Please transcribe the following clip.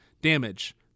damage